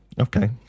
Okay